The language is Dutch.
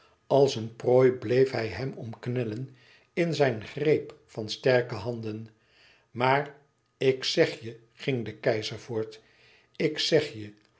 als een prooi bleef hij hem omknellen in zijn greep van sterke handen maar ik zeg je ging de keizer voort ik zeg je